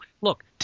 look